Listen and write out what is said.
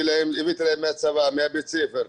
הבאתי להם מהצבא, מבית הספר,